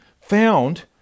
found